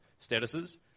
statuses